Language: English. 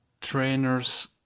trainers